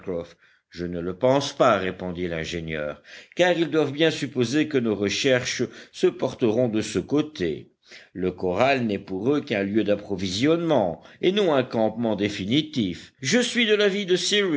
je ne le pense pas répondit l'ingénieur car ils doivent bien supposer que nos recherches se porteront de ce côté le corral n'est pour eux qu'un lieu d'approvisionnement et non un campement définitif je suis de l'avis de